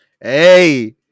Hey